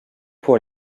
pour